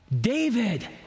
David